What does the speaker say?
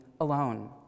alone